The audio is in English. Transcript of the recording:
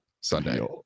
Sunday